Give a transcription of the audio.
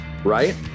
right